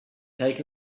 take